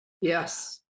Yes